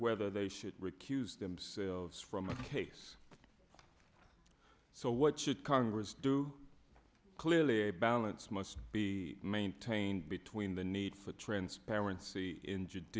whether they should recuse themselves from a case so what should congress do clearly a balance must be maintained between the need for transparency in ju